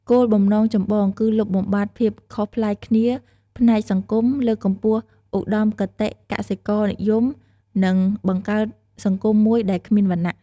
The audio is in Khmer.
គោលបំណងចម្បងគឺលុបបំបាត់ភាពខុសប្លែកគ្នាផ្នែកសង្គម លើកកម្ពស់ឧត្តមគតិកសិករនិយម និងបង្កើតសង្គមមួយដែលគ្មានវណ្ណៈ។